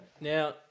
Now